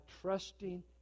trusting